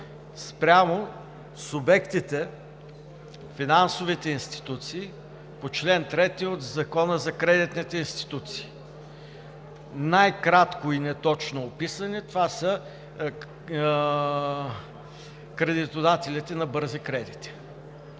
спрямо субектите – финансовите институции по чл. 3 от Закона за кредитните институции. Най-кратко и неточно описани това са кредитодателите на бързи кредити.